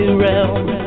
realm